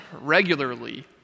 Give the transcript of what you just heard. regularly